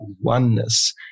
oneness